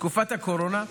בתקופת הקורונה,